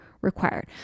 required